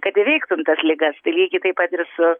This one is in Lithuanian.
kad įveiktum tas ligas tai lygiai taip pat ir su